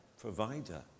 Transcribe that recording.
Provider